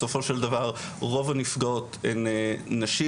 בסופו של דבר רוב הנפגעות הן נשים,